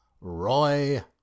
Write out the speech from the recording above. Roy